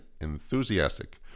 enthusiastic